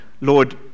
Lord